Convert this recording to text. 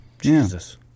Jesus